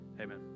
Amen